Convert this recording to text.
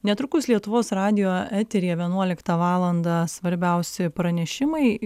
netrukus lietuvos radijo eteryje vienuoliktą valandą svarbiausi pranešimai